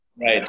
Right